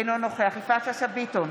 אינו נוכח יפעת שאשא ביטון,